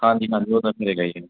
ਹਾਂਜੀ ਹਾਂਜੀ ਉਹ ਤਾਂ ਮਿਲੇਗਾ ਹੀ